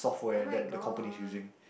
[oh]-my-god